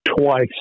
twice